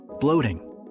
bloating